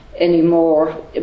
Anymore